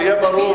שיהיה ברור,